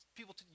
people